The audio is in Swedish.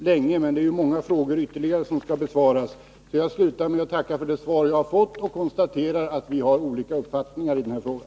Herr talman! Vi skulle kunna fortsätta den här debatten länge, men det är många frågor ytterligare som skall besvaras. Jag slutar därför med att tacka för det svar jag har fått och konstaterar att vi har olika uppfattningar i den här frågan.